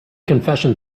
confession